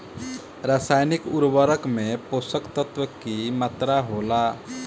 रसायनिक उर्वरक में पोषक तत्व की मात्रा होला?